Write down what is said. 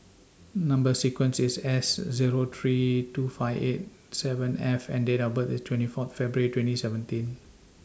Number sequence IS S Zero three two five eight seven F and Date of birth IS twenty Fourth February twenty seventeen